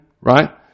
right